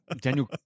Daniel